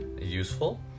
useful